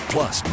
Plus